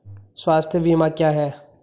स्वास्थ्य बीमा क्या है?